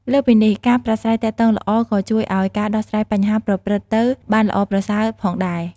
លើសពីនេះ ការប្រាស្រ័យទាក់ទងល្អក៏ជួយឲ្យ ការដោះស្រាយបញ្ហាប្រព្រឹត្តទៅបានល្អប្រសើរ ផងដែរ។